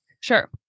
Sure